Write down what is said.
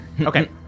Okay